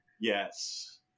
Yes